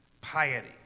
piety